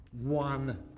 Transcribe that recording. one